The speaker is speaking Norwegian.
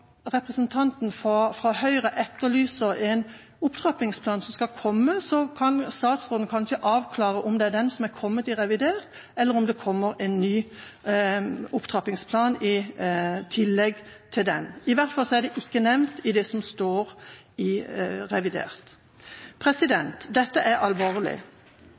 representanten fra Høyre etterlyser en opptrappingsplan som skal komme. Kan statsråden kanskje avklare om det er den som er kommet i revidert nasjonalbudsjett, eller om det kommer en ny opptrappingsplan i tillegg til den? I hvert fall er det ikke nevnt i det som står i revidert nasjonalbudsjett. Dette er alvorlig.